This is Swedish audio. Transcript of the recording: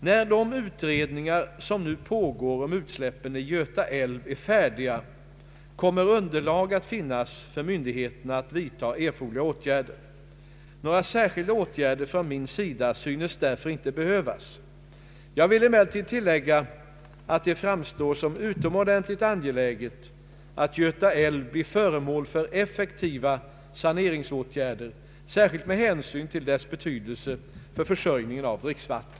När de utredningar som nu pågår om utsläppen i Göta älv är färdiga kommer underlag att finnas för myndigheterna att vidta erforderliga åtgärder. Några särskilda åtgärder från min sida synes därför inte behövas. Jag vill emellertid tillägga att det framstår som utomordentligt angeläget att Göta älv blir föremål för effektiva saneringsåtgärder, särskilt med hänsyn till dess betydelse för försörjningen med dricksvatten.